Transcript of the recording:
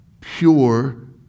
pure